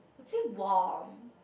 say warm